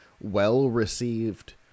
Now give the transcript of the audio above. well-received